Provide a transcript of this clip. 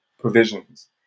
provisions